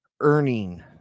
earning